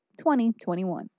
2021